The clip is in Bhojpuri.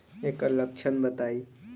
एकर लक्षण बताई?